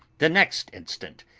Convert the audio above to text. the next instant,